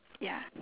ya